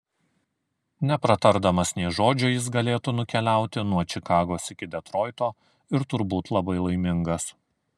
nepratardamas nė žodžio jis galėtų nukeliauti nuo čikagos iki detroito ir turbūt labai laimingas